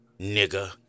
Nigga